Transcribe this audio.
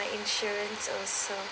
insurance also